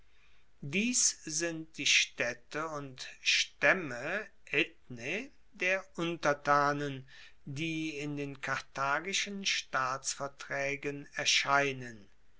dies sind die staedte und staemme der untertanen die in den karthagischen staatsvertraegen erscheinen